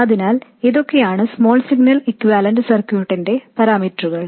അതിനാൽ ഇതൊക്കെയാണ് small signal equivalent സർക്യൂട്ടിന്റെ പാരാമീറ്ററുകൾ